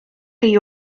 chi